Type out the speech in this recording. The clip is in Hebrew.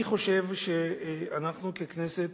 אני חושב שאנחנו ככנסת,